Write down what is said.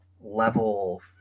level –